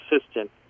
assistant